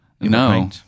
no